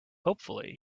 hopefully